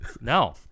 No